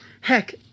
heck